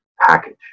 package